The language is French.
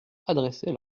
adresser